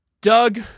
Doug